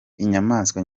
inyamaswa